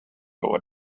over